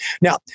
Now